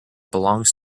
belongs